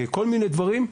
כל מיני דברים,